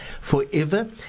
Forever